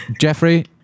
Jeffrey